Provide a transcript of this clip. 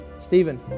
Stephen